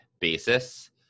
basis